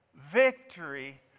victory